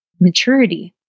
maturity